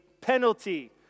penalty